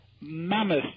mammoth